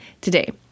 today